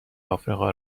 افریقا